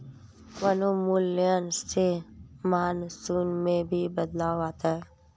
वनोन्मूलन से मानसून में भी बदलाव आता है